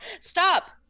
Stop